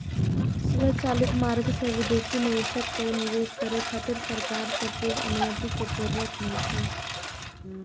स्वचालित मार्ग सं विदेशी निवेशक कें निवेश करै खातिर सरकार सं पूर्व अनुमति के जरूरत नै छै